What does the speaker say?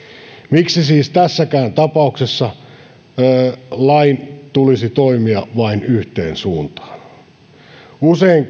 miksi siis tässäkään tapauksessa lain tulisi toimia vain yhteen suuntaan usein